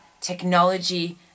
technology